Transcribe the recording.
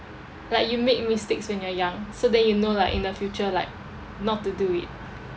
like you make mistakes when you are young so then you know like in the future like not to do it